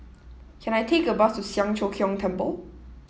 can I take a bus to Siang Cho Keong Temple